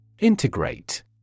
Integrate